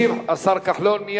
ישיב השר כחלון.